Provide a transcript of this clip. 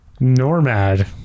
Normad